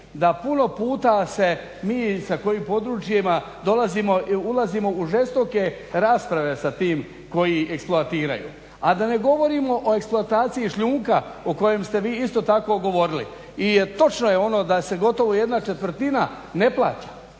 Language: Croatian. da puno puta se mi sa kojim područjima ulazimo u žestoke rasprave sa tim koji eksploatiraju, a da ne govorimo o eksploataciji šljunka o kojem ste vi isto tako govorili. I točno je ono da se gotovo 1/4 ne plaća,